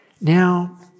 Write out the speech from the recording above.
Now